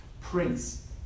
Prince